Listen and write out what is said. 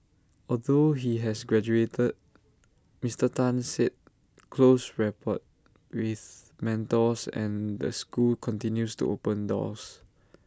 although he has graduated Mister Tan said close rapport with mentors and the school continues to open doors